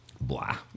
Blah